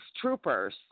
troopers